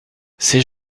ses